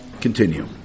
continue